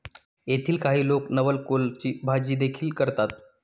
येथील काही लोक नवलकोलची भाजीदेखील करतात